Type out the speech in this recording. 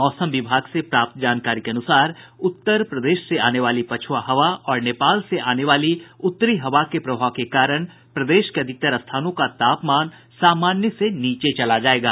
मौसम विभाग से प्राप्त जानकारी के अनुसार उत्तर प्रदेश से आने वाली पछुआ हवा और नेपाल से आने वाली उत्तरी हवा के प्रभाव के कारण प्रदेश के अधिकतर स्थानों का तापमान सामान्य से नीचे चला जायेगा